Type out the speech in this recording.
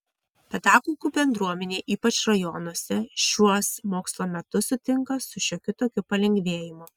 pedagogų bendruomenė ypač rajonuose šiuos mokslo metus sutinka su šiokiu tokiu palengvėjimu